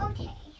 Okay